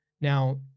Now